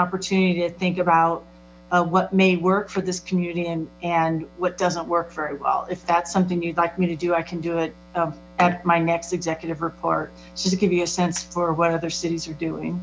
opportunity to think about what may work for this community and what doesn't work very well if that's something you'd like me to do i can do it at my next executive or just give you a sense for what other cities are doing